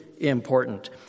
important